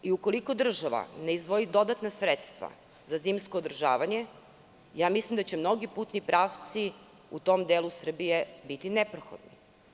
Ukoliko država ne izdvoji dodatna sredstva za zimsko održavanje, mislim da će mnogi putni pravci u tom delu Srbije biti neprohodni.